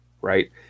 right